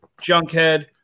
Junkhead